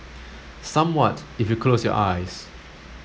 somewhat if you close your eyes